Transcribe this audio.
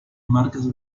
marcas